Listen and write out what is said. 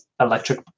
electric